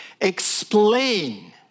explain